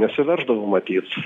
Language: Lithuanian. nesiverždavo matyt